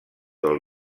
del